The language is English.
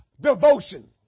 devotion